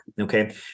Okay